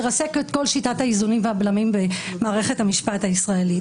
לרסק את כל שיטת האיזונים והבלמים במערכת המשפט הישראלית.